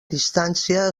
distància